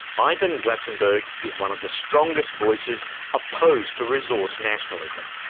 ivan glasenberg is one of the strongest voices opposed to resource nationalism,